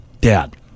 Dad